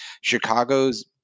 Chicago's